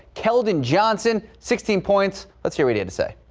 calvin johnson, sixteen points. let's hear it and say.